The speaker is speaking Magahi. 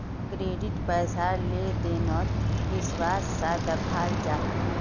क्रेडिट पैसार लें देनोत विश्वास सा दखाल जाहा